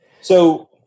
So-